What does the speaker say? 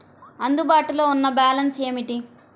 అందుబాటులో ఉన్న బ్యాలన్స్ ఏమిటీ?